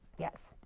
yes.